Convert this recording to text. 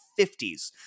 50s